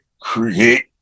create